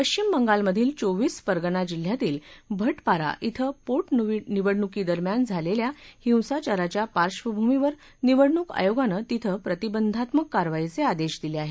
पश्विम बंगालमधील चोवीस परगाना जिल्ह्यातील भटपारा क्रिं पोटनिवडणुकी दरम्यान झालेल्या हिंसाचाराच्या पार्श्वभूमीवर निवडणूक आयोगानं तिथं प्रतिबंधात्मक कारवाईचे आदेश दिले आहेत